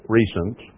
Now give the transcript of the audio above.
recent